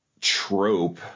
trope